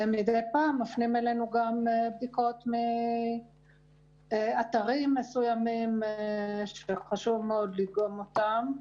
מדי פעם מפנים אלינו גם בדיקות מאתרים מסוימים שחשוב מאוד לדגום אותם.